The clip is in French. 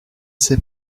sais